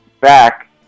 back